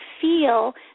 feel